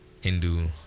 Hindu